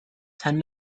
ten